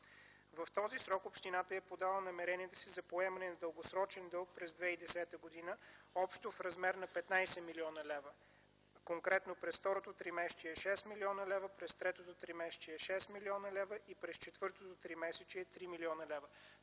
В този срок общината е подала намеренията си за поемане на дългосрочен дълг през 2010 г. общо в размер на 15 млн. лв. Конкретно: през второто тримесечие – 6 млн. лв., през третото тримесечие – 6 млн. лв., и през четвъртото тримесечие – 3 млн. лв.